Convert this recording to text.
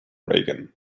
reagan